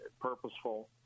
purposeful